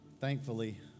Thankfully